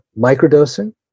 microdosing